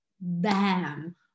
Bam